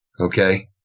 Okay